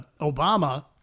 Obama